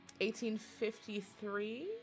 1853